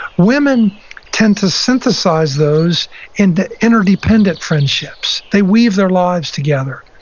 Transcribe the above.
women tend to synthesize those into interdependent friendships. they weave their lives together,